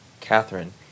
Catherine